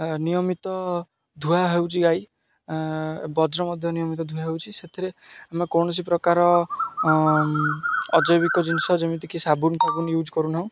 ନିୟମିତ ଧୁଆ ହେଉଛି ଗାଈ ବଜ୍ର ମଧ୍ୟ ନିୟମିତ ଧୁଆ ହେଉଛି ସେଥିରେ ଆମେ କୌଣସି ପ୍ରକାର ଅଜୈବିକ ଜିନିଷ ଯେମିତିକି ସାବୁନ୍ ଫାବୁନ୍ ୟୁଜ୍ କରୁନାହୁଁ